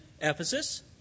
Ephesus